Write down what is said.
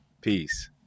Peace